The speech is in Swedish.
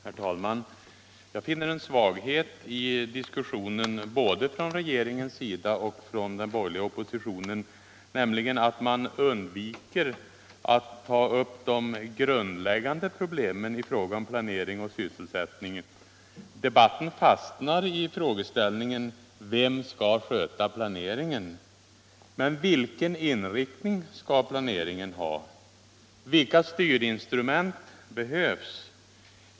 Herr talman! Jag finner en svaghet i diskussionen både från regeringens sida och från den borgerliga oppositionens, nämligen att man undviker att ta upp de grundläggande problemen i fråga om planering och sysselsättning. Debatten fastnar i frågeställningen: Vem skall sköta planeringen? Men vilken inriktning skall planeringen ha? Vilka styrinstrument behövs?